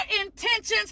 intentions